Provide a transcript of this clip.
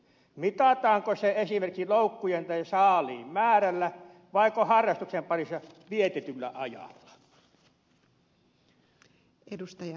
mitataanko se esimerkiksi loukkujen tai saaliin määrällä vaiko harrastuksen parissa vietetyllä ajalla